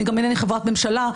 גם אינני חברת ממשלה,